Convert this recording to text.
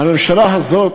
הממשלה הזאת,